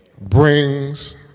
brings